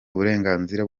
uburenganzira